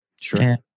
Sure